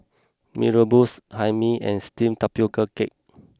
Mee Rebus Hae Mee and Steamed Tapioca Cake